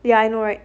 ya I know right